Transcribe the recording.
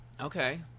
Okay